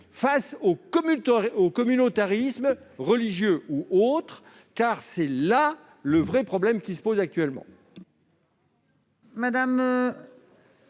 face au communautarisme, qu'il soit religieux ou autre, car là est le vrai problème qui se pose actuellement.